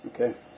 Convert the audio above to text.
Okay